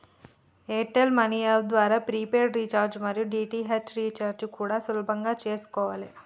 air tell money app ద్వారా prepaid recharge మరియు DTH recharge కూడా సులభంగా చేసుకోవాలే